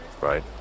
right